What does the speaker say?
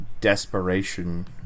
desperation